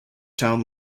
town